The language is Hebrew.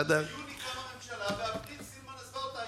ביוני קמה ממשלה, באפריל סילמן עזבה אותה.